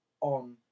on